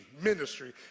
ministry